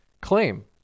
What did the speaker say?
claim